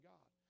God